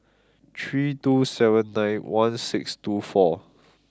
three two seven nine one six two four